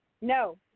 No